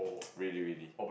really really